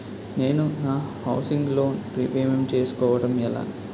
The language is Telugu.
నేను నా హౌసిగ్ లోన్ రీపేమెంట్ చేసుకోవటం ఎలా?